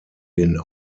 den